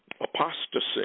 apostasy